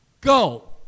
go